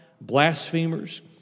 blasphemers